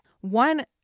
One